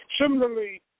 Similarly